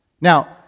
Now